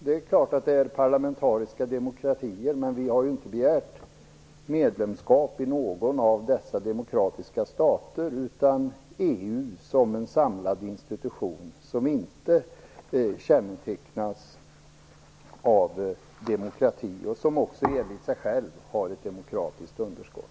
Det är klart att det är parlamentariska demokratier, men vi har ju inte begärt medlemskap i någon av dessa demokratiska stater utan i EU som samlad institution. Den kännetecknas inte av demokrati och har också enligt egen utsago ett demokratiskt underskott.